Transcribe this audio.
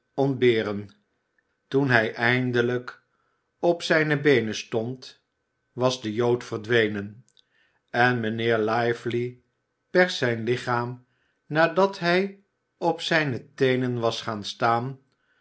ontberen toen hij eindelijk op zijne beenen stond was de jood verdwenen en mijnheer lively perst zijn lichaam nadat hij op zijne teenen was gaan staan